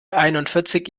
einundvierzig